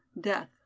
death